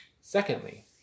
Secondly